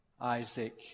Isaac